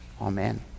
Amen